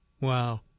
Wow